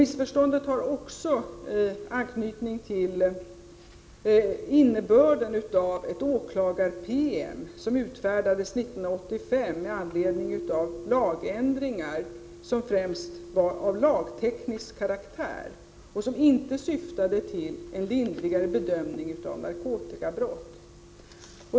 Missförståndet har också anknytning till innebörden av en åklagar-PM, som utfärdades 1985 med anledning av lagändringar som främst var av lagteknisk karaktär och som inte syftade till en lindrigare bedömning av narkotikabrott.